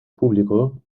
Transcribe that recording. público